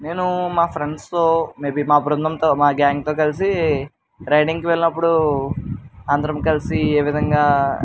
నేను మా ఫ్రెండ్స్తో మేబి మా బృందంతో మా గ్యాంగ్తో కలిసి రైడింగ్కి వెళ్ళినప్పుడు అందరం కలిసి ఏ విధంగా